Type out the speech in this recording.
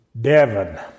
Devon